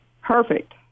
Perfect